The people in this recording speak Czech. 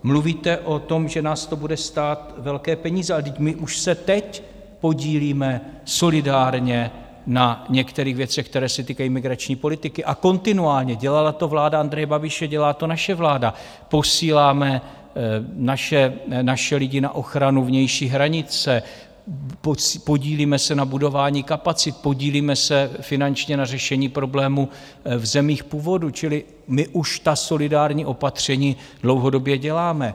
Mluvíte o tom, že nás to bude stát velké peníze, ale vždyť my už se teď podílíme solidárně na některých věcech, které se týkají migrační politiky, a kontinuálně dělala to vláda Andreje Babiše, dělá to naše vláda, posíláme naše lidi na ochranu vnější hranice, podílíme se na budování kapacit, podílíme se finančně na řešení problémů v zemích původu, čili my už ta solidární opatření dlouhodobě děláme.